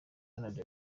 iharanira